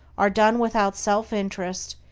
are done without self-interest,